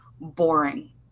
boring